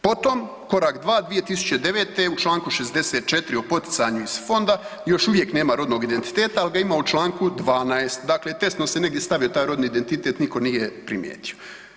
Potom korak, dva, 2009. u čl. 65. o poticanju iz fonda, još uvijek nema rodnog identiteta ali ga ima u čl. 12., dakle testno se negdje stavio taj rodni identitet, nitko nije primijetio.